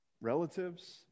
relatives